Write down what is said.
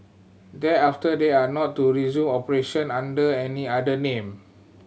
thereafter they are not to resume operation under any other name